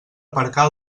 aparcar